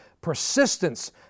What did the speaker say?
persistence